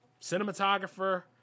cinematographer